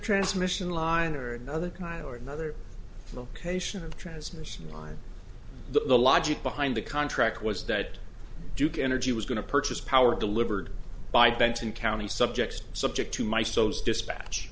transmission line or another kind or another location of transmission line the logic behind the contract was that duke energy was going to purchase power delivered by denton county subjects subject to my sos dispatch